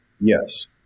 Yes